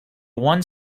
one